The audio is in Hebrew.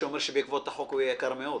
שאומר שבעקבות החוק הוא יהיה יקר מאוד.